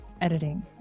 editing